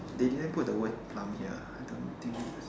they didn't put the word plum here I don't think that's